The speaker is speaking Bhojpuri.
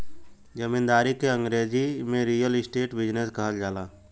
जमींदारी के अंगरेजी में रीअल इस्टेट बिजनेस कहल जाला